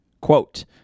Quote